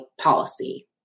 policy